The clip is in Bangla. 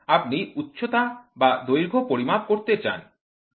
আপনি উচ্চতা বা দৈর্ঘ্য পরিমাপ করতে চান